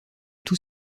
tout